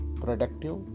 productive